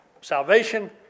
salvation